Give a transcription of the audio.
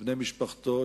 לבני משפחתו,